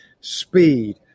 speed